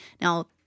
Now